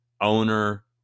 owner